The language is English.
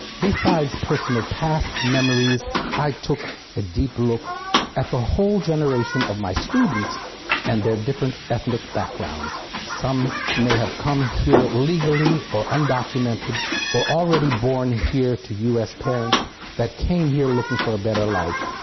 besides personal past memories, i took a deep look at the whole generation of my students and their different ethnic backgrounds some may have come here legally or undocumented or already born here to us parents that came here looking for a better life.